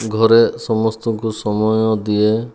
ଘରେ ସମସ୍ତଙ୍କୁ ସମୟ ଦିଏ